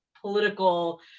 political